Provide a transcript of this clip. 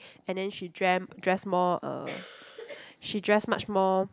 and then she dreamt dress more uh she dress much more